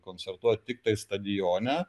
koncertuot tiktai stadione